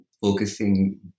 focusing